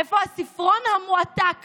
איפה הספרון המועתק